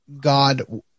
God